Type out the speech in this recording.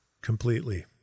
Completely